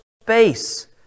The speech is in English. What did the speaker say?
space